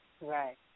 Right